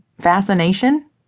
Fascination